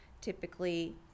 typically